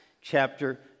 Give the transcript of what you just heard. chapter